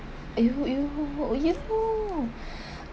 !aiyo! !aiyo! oh !eeyer!